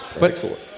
Excellent